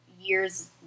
years